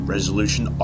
Resolution